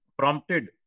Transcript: Prompted